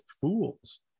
fools